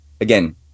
again